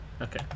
Okay